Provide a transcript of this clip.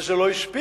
וזה לא הספיק.